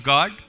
God